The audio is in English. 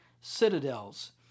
citadels